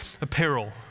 apparel